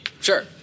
Sure